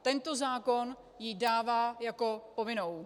Tento zákon ji dává jako povinnou.